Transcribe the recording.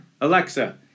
Alexa